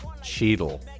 Cheadle